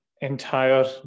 entire